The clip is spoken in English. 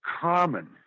common